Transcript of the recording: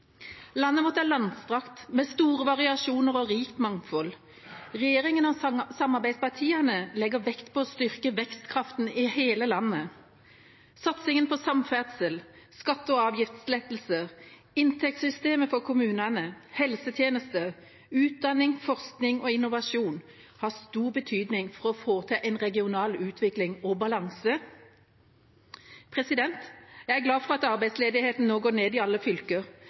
Landet vårt er langstrakt, med store variasjoner og rikt mangfold. Regjeringa og samarbeidspartiene legger vekt på å styrke vekstkraften i hele landet. Satsingen på samferdsel, skatte- og avgiftslettelser, inntektssystemet for kommunene, helsetjenester, utdanning, forskning og innovasjon har stor betydning for å få til en regional utvikling og balanse. Jeg er glad for at arbeidsledigheten nå går ned i alle fylker.